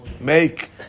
Make